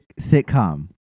sitcom